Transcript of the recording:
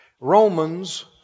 Romans